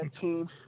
team